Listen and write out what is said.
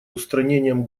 устранением